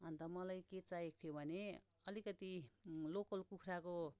अन्त मलाई के चाहिएको थियो भने अलिकति लोकल कुखुराको